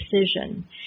decision